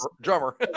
drummer